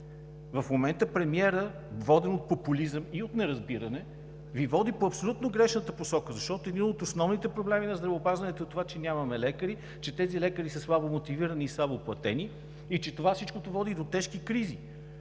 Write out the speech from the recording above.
В момента премиерът, воден от популизъм и от неразбиране, Ви води в абсолютно грешната посока, защото един от основните проблеми на здравеопазването е това, че нямаме лекари, че тези лекари са слабо мотивирани и слабо платени и че всичко това води до тежки кризи.